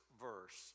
verse